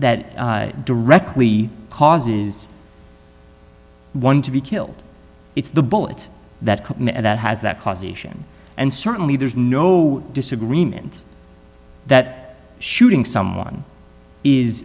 that that directly causes one to be killed it's the bullet that that has that causation and certainly there's no disagreement that shooting someone is